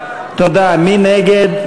מי נגד?